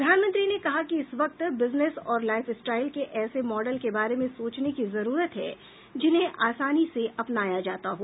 प्रधानमंत्री ने कहा कि इस वक्त बिजनेस और लाइफस्टॉइल के ऐसे मॉडल के बारे में सोचने की जरूरत है जिन्हें आसानी से अपनाया जाता हो